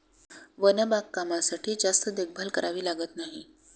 one बागकामासाठी जास्त देखभाल करावी लागत नाही